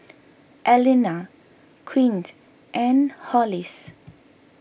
Allena Quint and Hollis